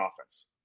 offense